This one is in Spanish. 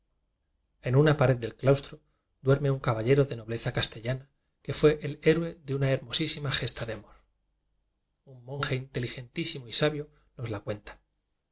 en una pared del claustro duerme un ca ballero de nobleza castellana que fué el heroe de una hermosísima gesta de amor un monje inteligentísimo y sabio nos la cuenta